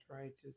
righteous